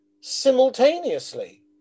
simultaneously